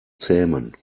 zähmen